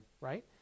right